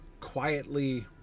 quietly